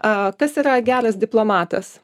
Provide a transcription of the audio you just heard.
a kas yra geras diplomatas